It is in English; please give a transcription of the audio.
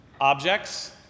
objects